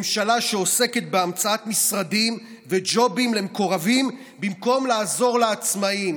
ממשלה שעוסקת בהמצאת משרדים וג'ובים למקורבים במקום לעזור לעצמאים.